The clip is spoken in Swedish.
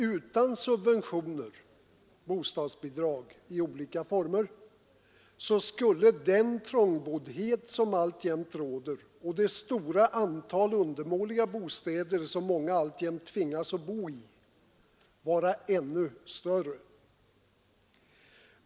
Utan subventioner — bostadsbidrag i olika former — skulle den trångboddhet som alltjämt råder och det stora antal undermåliga bostäder som många alltjämt tvingas bo i vara ännu större.